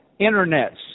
internets